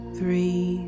three